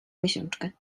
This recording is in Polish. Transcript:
miesiączkę